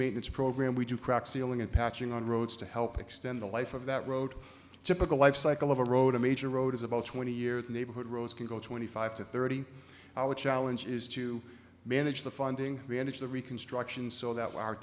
maintenance program we do crack sealing and patching on roads to help extend the life of that road typical life cycle of a road a major road is about twenty years neighborhood roads can go twenty five to thirty our challenge is to manage the funding manage the reconstruction so that our